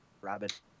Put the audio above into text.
rabbit